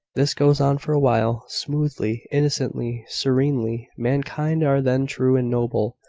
this goes on for a while, smoothly, innocently, serenely. mankind are then true and noble,